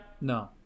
No